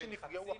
בישראל.